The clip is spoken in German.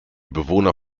bewohner